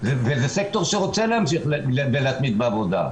וזה סקטור שרוצה להמשיך ולהתמיד בעבודה,